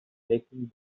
breaking